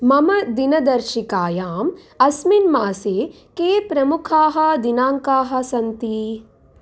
मम दिनदर्शिकायाम् अस्मिन् मासे के प्रमुखाः दिनाङ्काः सन्ति